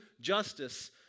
justice